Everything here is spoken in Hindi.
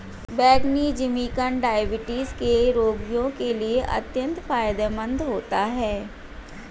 बैंगनी जिमीकंद डायबिटीज के रोगियों के लिए अत्यंत फायदेमंद होता है